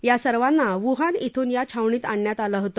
या सर्वांना वुहान श्र्विन या छावणीत आणण्यात आलं होत